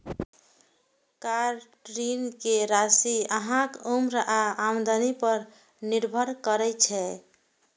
car ऋण के राशि अहांक उम्र आ आमदनी पर निर्भर करै छै